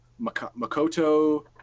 Makoto